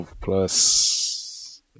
plus